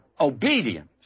obedience